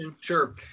Sure